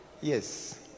Yes